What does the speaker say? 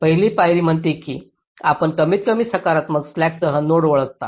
पहिली पायरी म्हणते की आपण कमीतकमी सकारात्मक स्लॅकसह नोड ओळखता